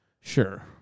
Sure